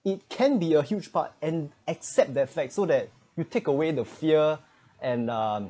it can be a huge part and accept that flag so that you take away the fear and um